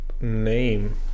Name